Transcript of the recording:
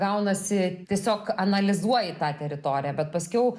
gaunasi tiesiog analizuoji tą teritoriją bet paskiau